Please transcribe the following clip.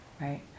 right